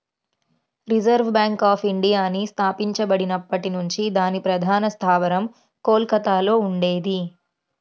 reserve bank of ఇండియాని స్థాపించబడినప్పటి నుంచి దీని ప్రధాన స్థావరం కోల్కతలో ఉండేది